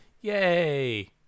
Yay